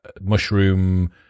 mushroom